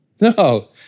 No